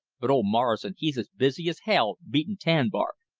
but old morrison he's as busy as hell beatin' tan-bark.